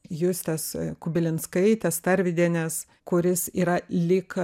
justės kubilinskaitės tarvydienės kuris yra lyg